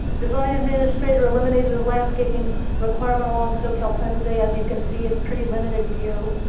the zoning administrator eliminated the landscaping requirement along. so cal san jose, as you can see, it's pretty limited view.